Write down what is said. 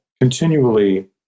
continually